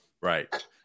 right